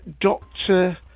Doctor